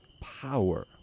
Power